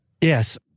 Yes